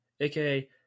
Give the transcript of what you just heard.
aka